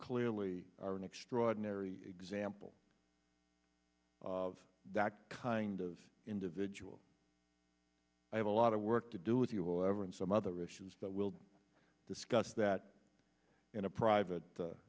clearly are an extraordinary example of that kind of individual i have a lot of work to do if you will ever and some other issues that we'll discuss that in a private